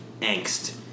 angst